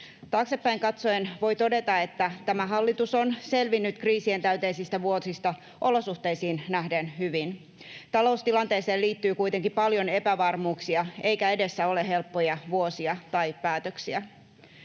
Taaksepäin katsoen voi todeta, että tämä hallitus on selvinnyt kriisientäyteisistä vuosista olosuhteisiin nähden hyvin. Taloustilanteeseen liittyy kuitenkin paljon epävarmuuksia, eikä edessä ole helppoja vuosia tai päätöksiä.